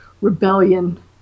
rebellion